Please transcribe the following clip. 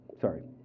Sorry